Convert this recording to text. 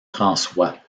françois